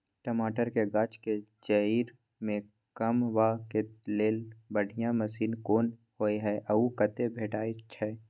टमाटर के गाछ के जईर में कमबा के लेल बढ़िया मसीन कोन होय है उ कतय भेटय छै?